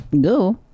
Go